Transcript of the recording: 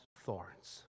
thorns